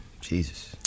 Jesus